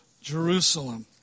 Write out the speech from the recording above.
Jerusalem